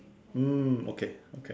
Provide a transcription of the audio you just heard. mm okay okay